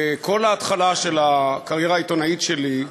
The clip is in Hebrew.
וכל ההתחלה של הקריירה העיתונאית שלי,